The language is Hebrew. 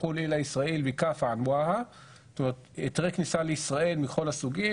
הוא היתרי כניסה לישראל מכל הסוגים,